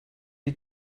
die